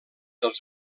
els